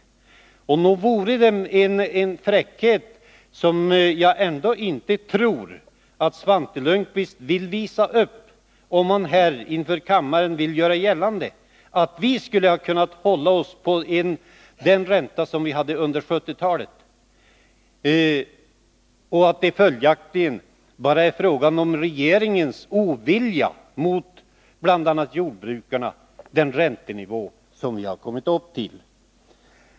Och nog vore det en fräckhet som jag ändå inte tror att Svante Lundkvist vill visa, om han inför kammaren sökte göra gällande att vi skulle ha kunnat bibehålla den räntenivå som vi hade under 1970-talet och att den räntenivå som vi kommit upp till bara beror på regeringens ovilja mot bl.a. jordbrukarna.